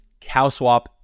Cowswap